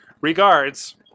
Regards